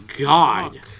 God